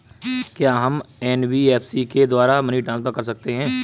क्या हम एन.बी.एफ.सी के द्वारा मनी ट्रांसफर कर सकते हैं?